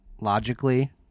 Logically